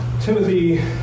Timothy